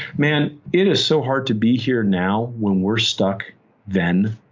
man it is so hard to be here now, when we're stuck then.